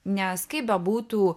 nes kaip bebūtų